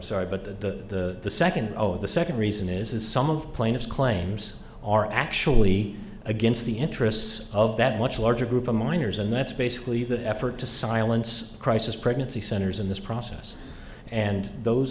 sorry but the second oh the second reason is is some of plaintiffs claims are actually against the interests of that much larger group of minors and that's basically the effort to silence crisis pregnancy centers in this process and those